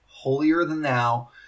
holier-than-thou